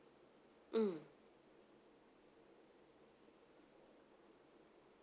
mm